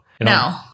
No